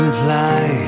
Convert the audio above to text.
fly